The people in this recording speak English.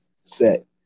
set